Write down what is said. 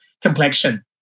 complexion